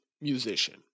musician